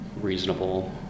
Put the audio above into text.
reasonable